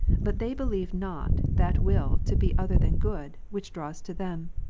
but they believe not that will to be other than good, which draws to them.